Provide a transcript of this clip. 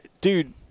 Dude